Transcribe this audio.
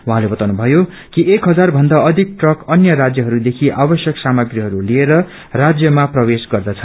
उहाँले बताउनु भयो कि एक हजार भन्दा अधिक ट्रक अन्य राज्यहस्देखि आवश्यक सामग्रीहरू लिएर राज्यमा प्रवेश गर्दछ